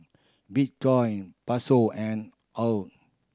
Bitcoin Peso and AUD